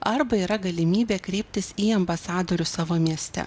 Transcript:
arba yra galimybė kreiptis į ambasadorius savo mieste